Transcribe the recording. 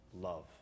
love